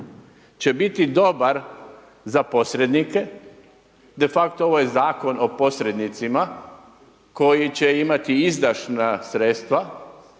će biti dobar za posrednike, de facto ovo je zakon o posrednicima koji će imati izdašna sredstva